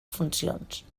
funcions